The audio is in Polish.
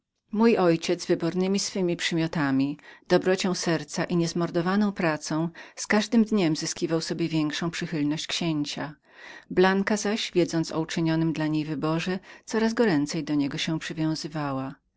mój ojciec wybornemi swemi przymiotami dobrocią serca i niezmordowaną pracą z każdym dniem więcej zyskiwał sobie przychylność księcia blanka zaś wiedząc o uczynionym dla niej wyborze coraz goręcej do niego się przywiązywała